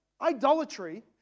Idolatry